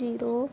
zero